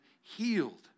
healed